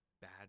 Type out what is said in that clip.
bad